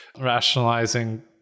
rationalizing